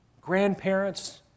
grandparents